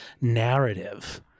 narrative